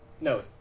No